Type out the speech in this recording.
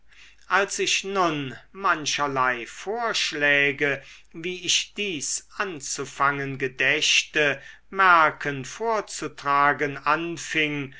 als ich nun mancherlei vorschläge wie ich dies anzufangen gedächte mercken vorzutragen anfing